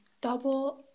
double